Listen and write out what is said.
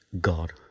God